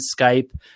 skype